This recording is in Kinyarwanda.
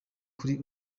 kuri